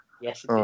yes